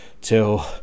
till